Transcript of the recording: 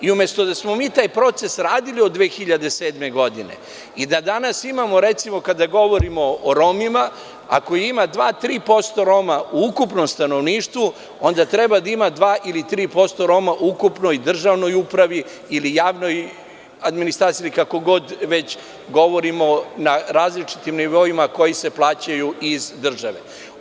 Umesto da smo mi taj proces radili od 2007. godine, i da danas imamo, recimo kada govorimo o Romima, ako ima 2%, 3%Roma u ukupnom stanovništvu, onda treba da ima 2% ili 3% u ukupnoj državnoj upravi, ili javnoj administraciji, kako god govorimo na različitim nivoima koji se plaćaju iz državnog budžeta.